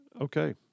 Okay